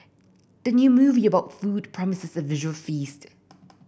the new movie about food promises a visual feast